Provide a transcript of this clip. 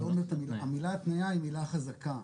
המילה התניה היא מילה חזקה,